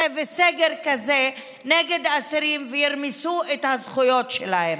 ועל סגר כזה נגד האסירים וירמסו את הזכויות שלהם.